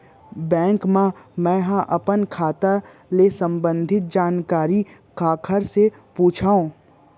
Bank मा मैं ह अपन खाता ले संबंधित जानकारी काखर से पूछव?